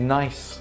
nice